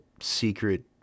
secret